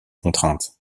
contraintes